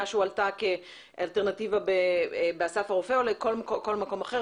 שהועלתה כאלטרנטיבה באסף הרופא או לכל מקום אחר.